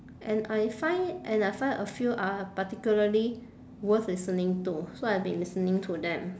and I find and I find a few are particularly worth listening to so I've been listening to them